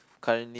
currently